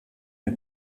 une